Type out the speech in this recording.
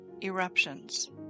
eruptions